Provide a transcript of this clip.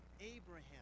Abraham